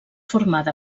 formada